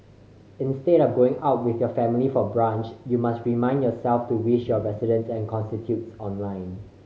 instead of going out with your family for brunch you must remind yourself to wish your residents and constituents online